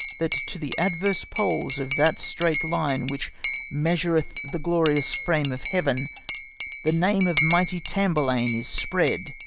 that to the adverse poles of that straight line which measureth the glorious frame of heaven the name of mighty tamburlaine is spread